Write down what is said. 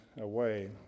away